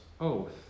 oath